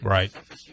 Right